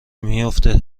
میفته